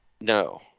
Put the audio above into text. No